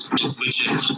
legit